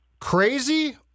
crazy